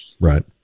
Right